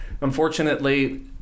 Unfortunately